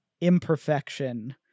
imperfection